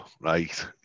right